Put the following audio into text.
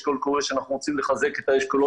יש קול קורא שאנחנו רוצים לחזק את האשכולות,